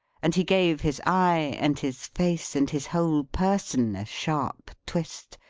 and he gave his eye, and his face, and his whole person, a sharp twist.